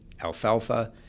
alfalfa